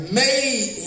made